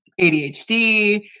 ADHD